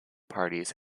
parties